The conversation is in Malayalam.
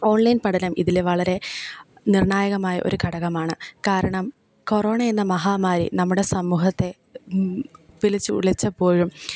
ഓൺലൈൻ പഠനം ഇതിൽ വളരെ നിർണ്ണായകമായ ഒരു ഘടകമാണ് കാരണം കൊറോണ എന്ന മഹാമാരി നമ്മുടെ സമൂഹത്തെ പിടിച്ച് ഉലച്ചപ്പോഴും